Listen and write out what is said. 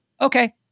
okay